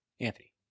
Anthony